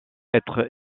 être